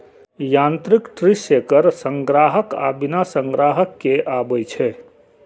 यांत्रिक tree shaker संग्राहक आ बिना संग्राहक के आबै छै